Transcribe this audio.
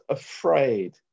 afraid